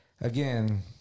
again